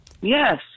Yes